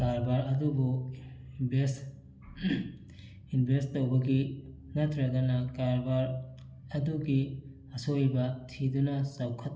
ꯀꯔꯕꯥꯔ ꯑꯗꯨꯕꯨ invest invest ꯇꯧꯕꯒꯤ ꯅꯠꯇ꯭ꯔꯒꯅ ꯀꯔꯕꯥꯔ ꯑꯗꯨꯒꯤ ꯑꯁꯣꯏꯕ ꯊꯤꯗꯨꯅ ꯆꯥꯎꯈꯠ